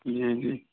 जी हाँ जी